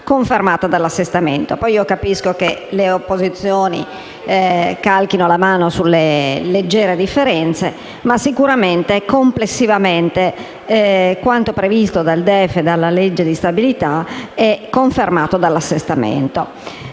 Capisco che le opposizioni calchino la mano sulle leggere differenze, ma, complessivamente, quanto previsto dal DEF e dalla legge di stabilità è sicuramente confermato dall'assestamento.